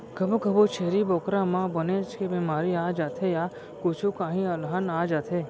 कभू कभू छेरी बोकरा म बनेच के बेमारी आ जाथे य कुछु काही अलहन आ जाथे